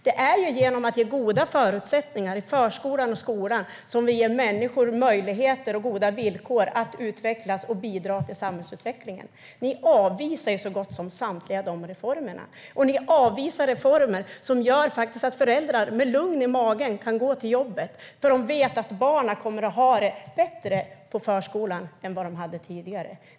Det är genom att ge goda förutsättningar i förskola och skola som vi ger människor möjlighet och goda villkor att utvecklas och bidra till samhällsutvecklingen. Ni avvisar så gott som samtliga dessa reformer. Ni avvisar reformer som gör att föräldrar med lugn i magen kan gå till jobbet eftersom de vet att barnen kommer att ha det bättre på förskolan än vad de hade tidigare.